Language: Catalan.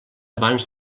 abans